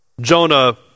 Jonah